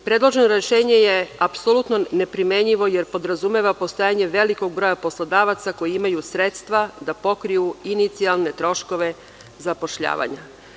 Predloženo rešenje je apsolutno neprimenljivo jer podrazumeva postojanje velikog broja poslodavaca koji imaju sredstva da pokriju inicijalne troškove zapošljavanja.